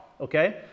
okay